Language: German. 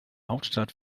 hauptstadt